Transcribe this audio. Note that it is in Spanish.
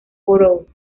borough